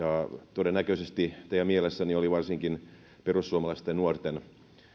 todennäköisesti teidän mielessänne oli varsinkin perussuomalaisten nuorten